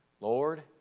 Lord